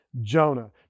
Jonah